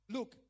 Look